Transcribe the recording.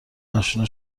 اشنا